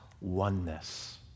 oneness